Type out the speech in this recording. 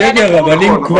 יש לך נתונים?